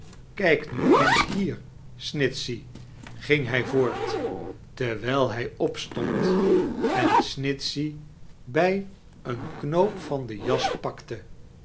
kijk nu eens hieir snitchey ging hij voort te rwijl hij opstond en snitchey brj een knoop van de jas pakte